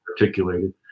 articulated